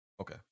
Okay